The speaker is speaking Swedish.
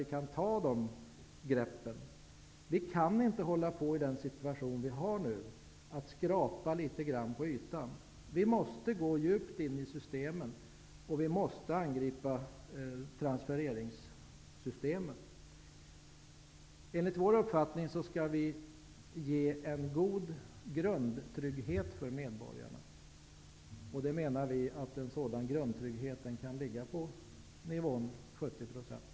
I den situation som vi nu har kan vi inte hålla på att skrapa litet grand på ytan. Vi måste gå djupt in i systemen. Vi måste angripa transfereringssystemen. Enligt vår uppfattning skall en god grundtrygghet ges för medborgarna. En sådan grundtrygghet kan ligga på en nivå på 70 %.